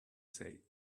say